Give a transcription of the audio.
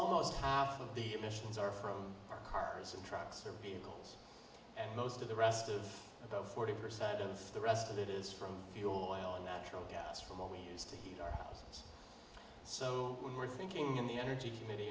almost half of the emissions are from our cars and trucks or vehicles and most of the rest of about forty percent of the rest of it is from fuel oil and natural gas from what we used to heat our houses so we were thinking in the energy committee